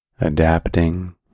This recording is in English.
adapting